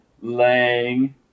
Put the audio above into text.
laying